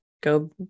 go